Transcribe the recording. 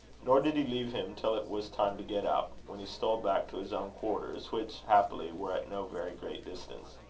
nor did he leave him till it was time to get up, when he stole back to his own quarters, which, happily, were at no very great distance.